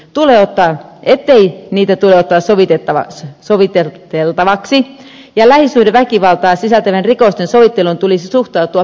tuuli näyttää että niiden pelätään pääsääntöisesti ei tule ottaa soviteltavaksi ja lähisuhdeväkivaltaa sisältävien rikosten sovitteluun tulisi suhtautua pidättyväisesti